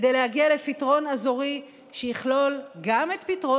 כדי להגיע לפתרון אזורי שיכלול גם את פתרון